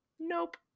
nope